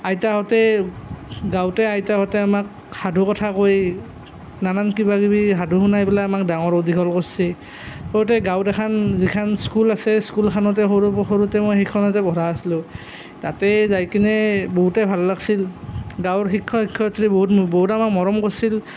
আইতাহঁতে গাঁৱতে আইতাহঁতে আমাক সাধুকথা কৈ নানান কিবা কিবি সাধু শুনাই পেলাই আমাৰ ডাঙৰ দীঘল কৰছে সৰুতে গাঁৱত এখান যিখান স্কুল আছে স্কুলখনতে সৰু সৰুতে মই সেইখনতে পঢ়া আছিলোঁ তাতেই যায় কিনেই বহুতেই ভাল লাগছিল গাঁৱৰ শিক্ষক শিক্ষয়িত্ৰী বহুত বহুত আমাক মৰম কৰছিল